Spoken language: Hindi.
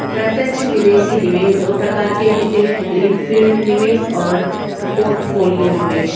प्रत्यक्ष विदेशी निवेश दो प्रकार के होते है ग्रीन फील्ड निवेश और पोर्टफोलियो निवेश